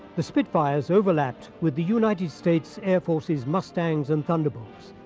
the spitfires overlapped with the united states' air force's mustangs and thunderbolts.